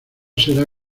será